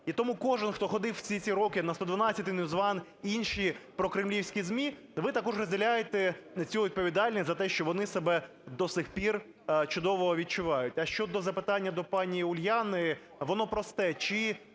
І тому кожен, хто ходив всі ці роки на "112", NewsOne, інші прокремлівські ЗМІ, ви також розділяєте цю відповідальність за те, що вони себе до сих пір чудово відчувають. А щодо запитання до пані Уляни, воно просте: